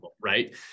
right